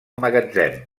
magatzem